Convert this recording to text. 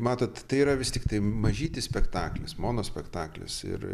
matot tai yra vis tiktai mažytis spektaklis monospektaklis ir